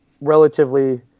relatively